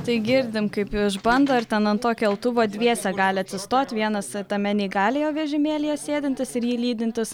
tai girdim kaip išbando ir ten ant to keltuvo dviese gali atsistot vienas tame neįgaliojo vežimėlyje sėdintis ir jį lydintis